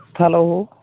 hello